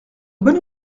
bonne